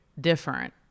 different